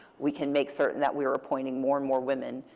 we can make certain that we are appointing more and more women,